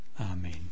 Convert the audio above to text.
Amen